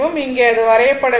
இங்கே அது வரப்படவில்லை